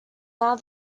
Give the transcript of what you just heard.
now